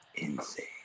Insane